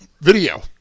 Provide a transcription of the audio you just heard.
video